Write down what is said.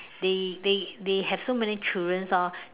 they they they have so many children orh